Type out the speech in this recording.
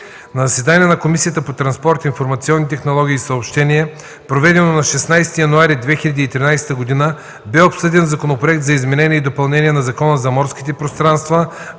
На заседание на Комисията по транспорт, информационни технологии и съобщения, проведено на 16 януари 2013 г., бе обсъден Законопроект за изменение и допълнение на Закона за морските пространства,